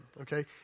Okay